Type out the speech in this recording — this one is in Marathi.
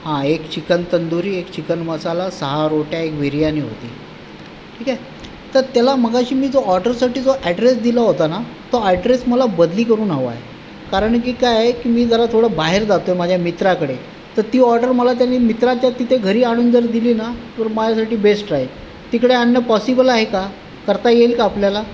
हा एक चिकन तंदुरी एक चिकन मसाला सहा रोट्या एक बिर्याणी होती ठीक आहे तर त्याला मगाशी मी जो ऑर्डरसाठी जो ॲड्रेस दिला होता ना तो ॲड्रेस मला बदली करून हवा आहे कारण की काय की मी जरा थोडं बाहेर जात आहे माझ्या मित्राकडे तर ती ऑर्डर मला त्याने मित्राच्या तिथे घरी आणून जर दिली ना तर माझ्यासाठी बेस्ट आहे तिकडे आण पॉसिबल आहे का करता येईल का आपल्याला